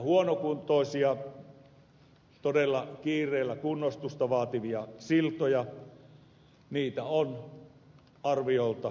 huonokuntoisia todella kiireellä kunnostusta vaativia siltoja on arviolta tuhat